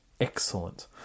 excellent